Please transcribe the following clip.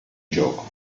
gioco